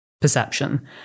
perception